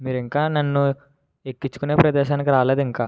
మీరు ఇంకా నన్ను ఎక్కించుకునే ప్రదేశానికి రాలేదు ఇంకా